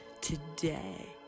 Today